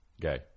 gay